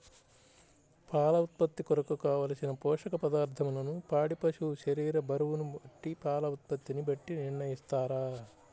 పాల ఉత్పత్తి కొరకు, కావలసిన పోషక పదార్ధములను పాడి పశువు శరీర బరువును బట్టి పాల ఉత్పత్తిని బట్టి నిర్ణయిస్తారా?